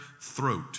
throat